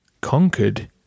Conquered